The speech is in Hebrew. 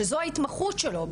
שזו ההתמחות שלו,